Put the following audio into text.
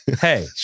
Hey